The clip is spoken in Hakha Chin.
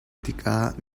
tikah